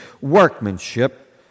workmanship